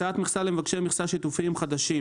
הקצאת מכסה למבקשי מכסה שיתופיים חדשים